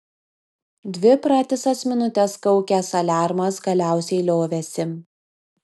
dvi pratisas minutes kaukęs aliarmas galiausiai liovėsi